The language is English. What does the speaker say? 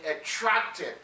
attracted